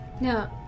No